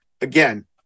again